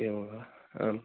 एवं वा आम्